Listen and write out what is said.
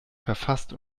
verfasst